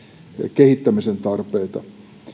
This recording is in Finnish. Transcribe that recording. kehittämisen tarpeita